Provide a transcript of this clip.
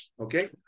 Okay